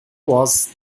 was